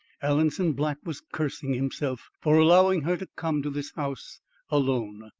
alanson black was cursing himself for allowing her to come to this house alone.